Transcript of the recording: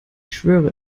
schwöre